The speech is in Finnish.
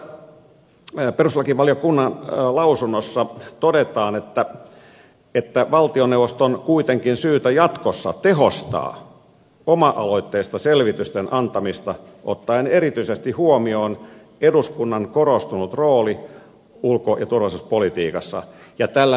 nyt tässä perustuslakivaliokunnan mietinnössä todetaan että valtioneuvoston on kuitenkin syytä jatkossa tehostaa oma aloitteista selvitysten antamista ottaen erityisesti huomioon eduskunnan korostunut rooli ulko ja turvallisuuspolitiikassa